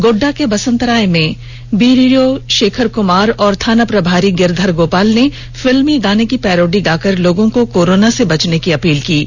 गोड्डा के बसंतराय में बीडीओ शेखर कुमार और थाना प्रभारी गिरधर गोपाल ने फिल्मी गाने की पैरोडी गाकर लोगों से कोरोना से बचने की अपील की है